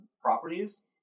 properties